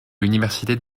l’université